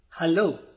Hello